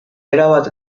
erabat